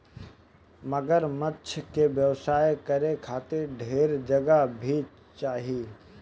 मगरमच्छ के व्यवसाय करे खातिर ढेर जगह भी चाही